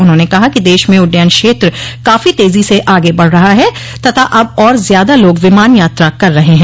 उन्होंने कहा कि देश में उड्डयन क्षेत्र काफो तेजो से आगे बढ़ रहा है तथा अब और ज्यादा लोग विमान यात्रा कर रहे हैं